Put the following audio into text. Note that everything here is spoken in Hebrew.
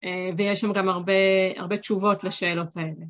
ויש שם גם הרבה תשובות לשאלות האלה.